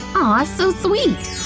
ah so sweet!